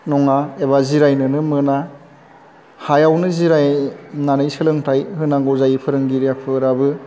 नङा एबा जिरायनोनो मोना हायावनो जिरायनानै सोलोंथाइ होनांगौ जायो फोरोंगिरियाफोराबो